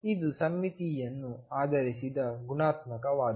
ಇದು ಸಮ್ಮಿತಿಯನ್ನು ಆಧರಿಸಿದ ಗುಣಾತ್ಮಕ ವಾದ